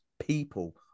people